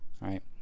Right